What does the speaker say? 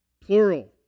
plural